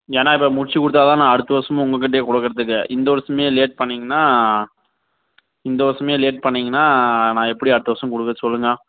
ஏன்னால் இப்போ முடித்து கொடுத்தா தான் நான் அடுத்த வருடமும் உங்கக்கிட்டையே கொடுக்கறத்துக்கு இந்த வருடமே லேட் பண்ணிங்கன்னால் இந்த வருடமே லேட் பண்ணிங்கன்னால் நான் எப்படி அடுத்த வருடம் கொடுக்கறது சொல்லுங்க